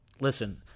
listen